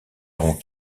aurons